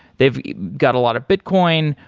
they've got a lot of bitcoin,